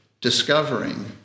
discovering